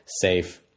safe